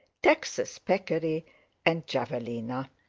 texas peccary and javelina.